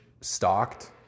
stocked